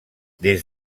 des